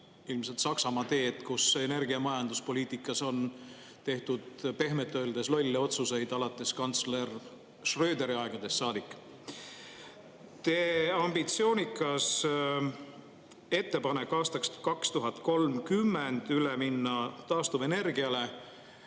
järgimas Saksamaa teed, kus energiamajanduspoliitikas on tehtud pehmelt öeldes lolle otsuseid, kantsler Schröderi aegadest saadik. Teie ambitsioonikas ettepanek minna aastaks 2030 üle taastuvenergiale